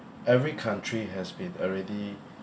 every country has been already